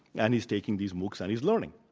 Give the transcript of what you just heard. and he's taking these moocs, and he's learning.